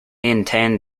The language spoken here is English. intend